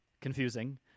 confusing